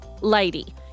lady